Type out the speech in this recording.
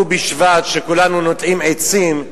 בשבט, כשכולנו נוטעים עצים.